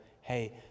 Hey